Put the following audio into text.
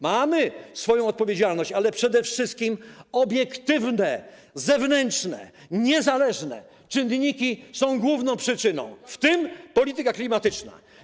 Mamy swoją odpowiedzialność, ale przede wszystkim obiektywne, zewnętrzne, niezależne czynniki są główną tego przyczyną, w tym polityka klimatyczna.